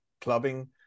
clubbing